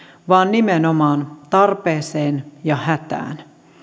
vaan nimenomaan tarpeeseen ja hätään